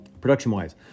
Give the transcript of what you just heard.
Production-wise